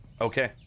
Okay